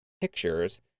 pictures